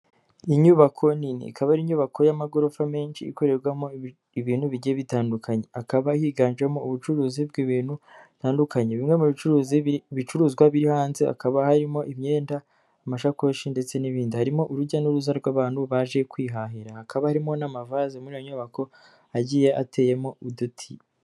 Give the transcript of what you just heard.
inyubako nini ikaba ari inyubako y'amagorofa menshi ikorerwamo ibintu bigiye bitandukanye, akaba yiganjemo ubucuruzi bw'ibintu bitandukanye bimwe mu bicuruzi bicuruzwa biri hanze hakaba harimo imyenda amashakoshi ndetse n'ibindi harimo urujya n'uruza rw'abantu baje kwihahira hakaba harimo n'amavaze muri iyo nyubako agiye ateyemo uduti.